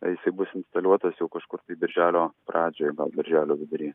jisai bus instaliuotas jau kažkur tai birželio pradžioj gal birželio vidury